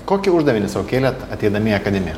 kokį uždavinį sau kėlėt ateidami į akademiją